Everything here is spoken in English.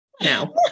now